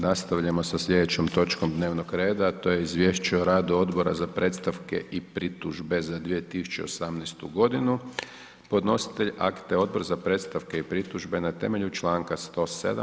Nastavljamo sa slijedećom točkom dnevnog reda, a to je: - Izvješće o radu Odbora za predstavke i pritužbe za 2018. godinu Podnositelj akta je Odbor za predstavke i pritužbe na temelju Članka 107.